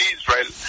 Israel